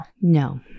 No